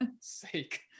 sake